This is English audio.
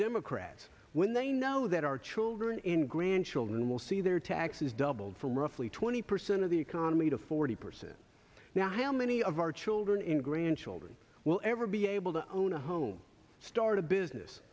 democrats when they know that our children and grandchildren will see their taxes doubled from roughly twenty percent of the economy to forty percent now how many of our children and grandchildren will ever be able to own a home start a business